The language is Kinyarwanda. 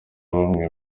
bamwe